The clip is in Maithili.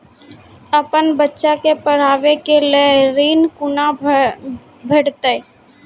अपन बच्चा के पढाबै के लेल ऋण कुना भेंटते?